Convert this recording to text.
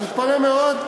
תפסיק לבלבל,